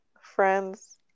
friends